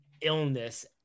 illness